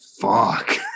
fuck